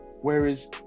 Whereas